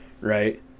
Right